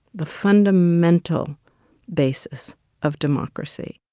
the fundamental basis of democracy.